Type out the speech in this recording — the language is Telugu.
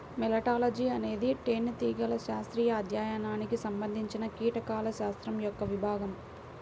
మెలిటాలజీఅనేది తేనెటీగల శాస్త్రీయ అధ్యయనానికి సంబంధించినకీటకాల శాస్త్రం యొక్క విభాగం